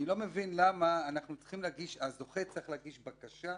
אני לא מבין למה הזוכה צריך להגיש בקשה.